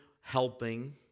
helping